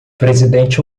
presidente